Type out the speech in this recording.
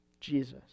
Jesus